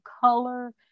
color